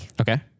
Okay